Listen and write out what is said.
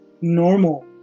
normal